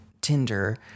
Tinder